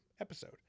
episode